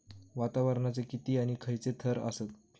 वातावरणाचे किती आणि खैयचे थर आसत?